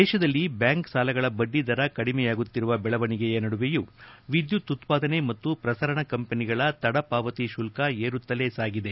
ದೇಶದಲ್ಲಿ ಬ್ಯಾಂಕ್ ಸಾಲಗಳ ಬಡ್ಡಿದರ ಕಡಿಮೆಯಾಗುತ್ತಿರುವ ಬೆಳವಣಿಗೆಯ ನಡುವೆಯೂ ವಿದ್ಯುತ್ ಉತ್ಪಾದನೆ ಮತ್ತು ಪ್ರಸರಣ ಕಂಪನಿಗಳ ತಡಪಾವತಿ ಶುಲ್ಕ ಏರುತ್ತಲೇ ಸಾಗಿದೆ